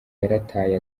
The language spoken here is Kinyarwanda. yarataye